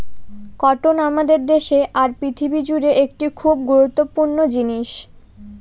cotton আমাদের দেশে আর পৃথিবী জুড়ে একটি খুব গুরুত্বপূর্ণ জিনিস